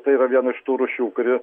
tai yra viena iš tų rūšių kuri